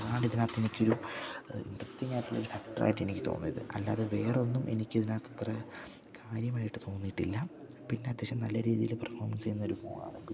അതാണിതിനകത്ത് എനിക്കൊരു ഇൻട്രസ്റ്റിങ്ങായിട്ടുള്ള ഒരു ഫാക്ടറായിട്ട് എനിക്ക് തോന്നിയത് അല്ലാതെ വേറൊന്നും എനിക്കിതിനകത്തത്ര കാര്യമായിട്ട് തോന്നിട്ടില്ല പിന്നെ അത്യാവശ്യം നല്ല രീതിയില് പെർഫോമൻസ് ചെയ്യുന്നൊരു ഫോണാണ് പിന്നെ